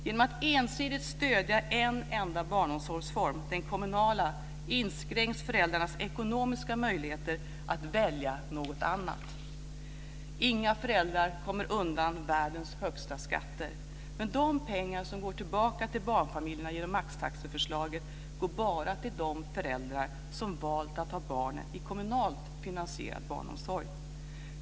Genom att ensidigt stödja en enda barnomsorgsform, den kommunala, inskränks föräldrarnas ekonomiska möjligheter att välja något annat. Inga föräldrar kommer undan världens högsta skatter. Men de pengar som går tillbaka till barnfamiljerna genom maxtaxeförslaget går bara till de föräldrar som valt att ha barnen i kommunalt finansierad barnomsorg.